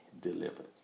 delivered